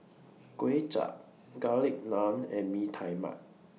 Kuay Chap Garlic Naan and Bee Tai Mak